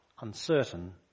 uncertain